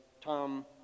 Tom